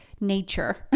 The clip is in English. nature